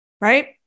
right